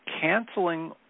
canceling